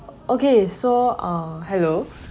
okay so uh hello